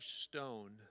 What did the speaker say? stone